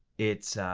it's ah,